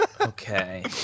Okay